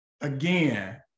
again